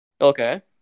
Okay